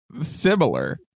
similar